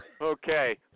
Okay